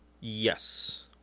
Yes